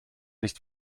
nicht